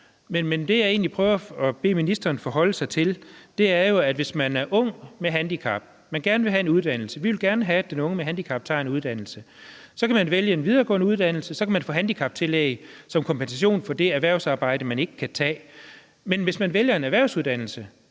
Men det, jeg egentlig prøver at bede ministeren forholde sig til, er jo, at hvis man er ung med handicap, men gerne vil have en uddannelse – vi vil gerne have, at den unge med handicap tager en uddannelse – så kan man vælge en videregående uddannelse, og så kan man få handicaptillæg som kompensation for det erhvervsarbejde, man ikke kan tage. Men hvis man vælger en erhvervsuddannelse,